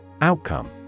Outcome